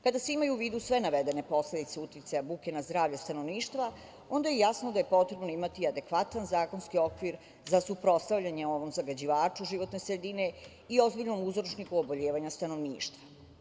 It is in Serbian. Kada se imaju u vidu sve navedene posledice uticaja buke na zdravlje stanovništva, onda je jasno da je potrebno imati i adekvatan zakonski okvir za suprotstavljanje ovom zagađivaču životne sredine i ozbiljnom uzročniku oboljevanja stanovništva.